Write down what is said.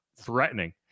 threatening